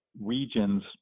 regions